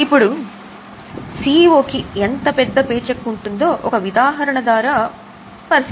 ఇప్పుడు pay check ఎంత పెద్దదో ఇక్కడ ఒక ఉదాహరణ ఇది ఇటీవలి వార్త కావచ్చు ఇది ఒక సంవత్సరం పాత వార్త కావచ్చు